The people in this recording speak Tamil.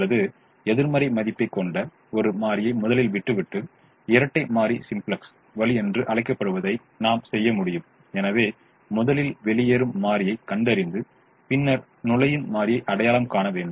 அல்லது எதிர்மறை மதிப்பைக் கொண்ட ஒரு மாறியை முதலில் விட்டுவிட்டு இரட்டை மாறி சிம்ப்ளக்ஸ் வழி என்று அழைக்கப்படுவதை நாம் செய்ய முடியும் எனவே முதலில் வெளியேறும் மாறியைக் கண்டறிந்து பின்னர் நுழையும் மாறியை அடையாளம் காண வேண்டும்